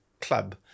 club